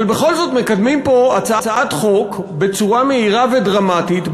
אבל בכל זאת מקדמים פה הצעת חוק בצורה מהירה ודרמטית,